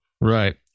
Right